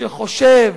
שחושב,